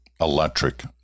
electric